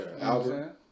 Albert